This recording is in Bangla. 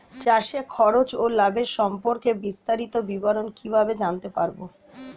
চাষে খরচ ও লাভের সম্পর্কে বিস্তারিত বিবরণ কিভাবে জানতে পারব?